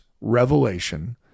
revelation